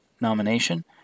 nomination